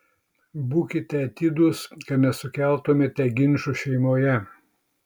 būkite atidūs kad nesukeltumėte ginčų šeimoje